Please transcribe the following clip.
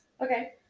Okay